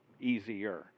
easier